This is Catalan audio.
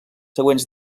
següents